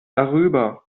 darüber